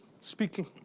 speaking